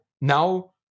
now